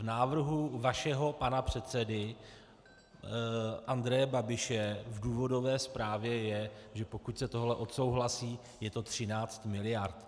V návrhu vašeho pana předsedy Andreje Babiše v důvodové zprávě je, že pokud se tohle odsouhlasí, je to 13 miliard.